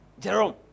Jerome